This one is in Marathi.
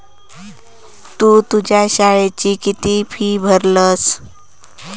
तु तुझ्या शाळेची किती फी भरलस?